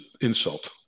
insult